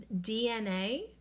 DNA